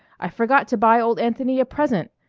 i forgot to buy old anthony a present.